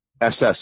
SS